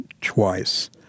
twice